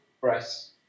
press